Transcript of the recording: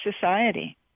society